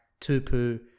Tupu